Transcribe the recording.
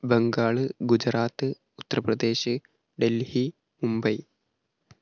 Bengal Gujarat Uttar Pradesh Delhi Mumbai